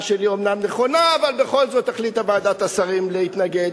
שלי אומנם נכונה אבל בכל זאת ועדת השרים החליטה להתנגד.